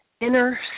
inner